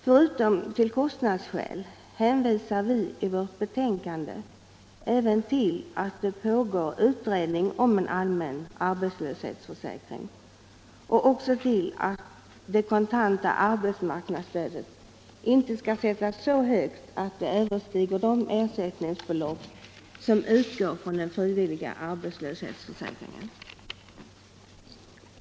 Förutom till kostnadsskäl hänvisas i betänkandet även till att det pågår utredning om en allmän arbetslöshetsförsäkring och till att det kontanta arbetsmarknadsstödet inte bör sättas så högt att det överstiger de ersättningsbelopp som utgår från den frivilliga arbetslöshetsförsäkringen.